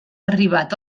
arribat